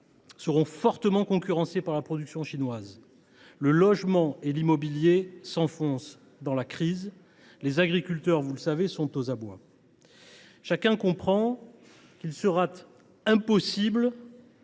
seront fortement concurrencées par la production chinoise. Le logement et l’immobilier s’enfoncent déjà dans la crise. Les agriculteurs, comme vous le savez, sont aux abois. Chacun comprend qu’il sera impossible